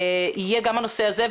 יהיה גם הנושא הזה,